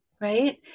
Right